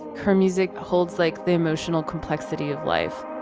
her music holds like the emotional complexity of life